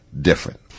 different